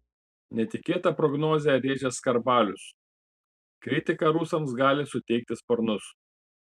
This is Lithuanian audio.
netikėtą prognozę rėžęs skarbalius kritika rusams gali suteikti sparnus